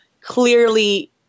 clearly